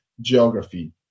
geography